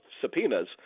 subpoenas